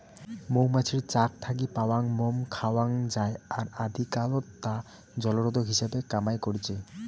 মৌমাছির চাক থাকি পাওয়াং মোম খাওয়াং যাই আর আদিকালত তা জলরোধক হিসাবে কামাই করিচে